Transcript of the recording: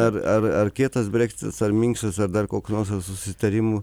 ar ar ar kietas breksitas ar minkštas ar dar koks nors susitarimų